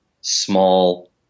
small